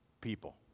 people